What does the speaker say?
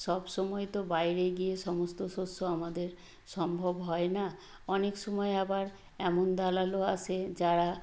সব সময় তো বাইরে গিয়ে সমস্ত শস্য আমাদের সম্ভব হয় না অনেক সময় আবার এমন দালালও আসে যারা